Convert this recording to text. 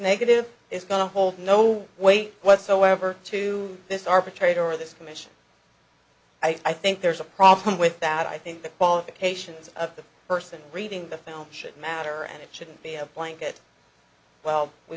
negative is going to hold no weight whatsoever to this arbitrator or this commission i think there's a problem with that i think the qualifications of the person receiving the film should matter and it shouldn't be a blanket well we